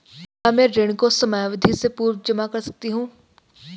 क्या मैं ऋण को समयावधि से पूर्व जमा कर सकती हूँ?